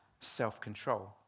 self-control